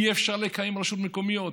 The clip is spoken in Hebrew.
אי-אפשר לקיים רשויות מקומיות.